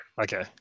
Okay